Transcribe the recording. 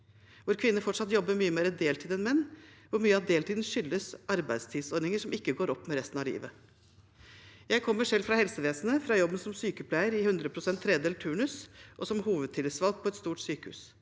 hvor kvinner fortsatt jobber mye mer deltid enn menn, og hvor mye av deltiden skyldes arbeidstidsordninger som ikke går opp med resten av livet. Jeg kommer selv fra helsevesenet, fra en jobb som sykepleier i 100 pst. tredelt turnus, og som hovedtillitsvalgt på et stort sykehus.